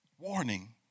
Warning